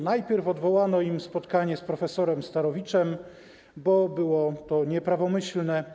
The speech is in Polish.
Najpierw odwołano im spotkanie z prof. Starowiczem, bo było to nieprawomyślne.